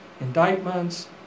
indictments